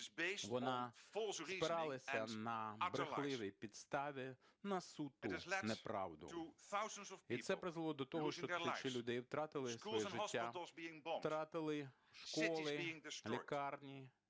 Вона спиралася на брехливій підставі на суту неправду. І це призвело до того, що тисячі людей втратили своє життя, втратили школи, лікарні,